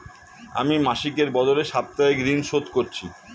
আমি মাসিকের বদলে সাপ্তাহিক ঋন শোধ করছি